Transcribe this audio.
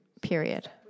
period